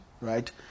right